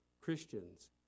Christians